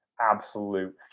absolute